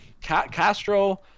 Castro